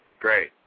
Great